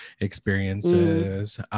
experiences